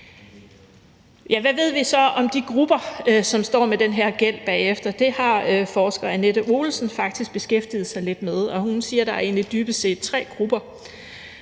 Hvad ved vi så om de grupper, der står med den her gæld bagefter? Det har forsker Annette Olesen faktisk beskæftiget sig lidt med, og hun siger, at der egentlig dybest set er tre grupper: